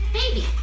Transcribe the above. baby